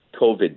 COVID